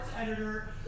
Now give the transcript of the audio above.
editor